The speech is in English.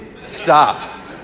Stop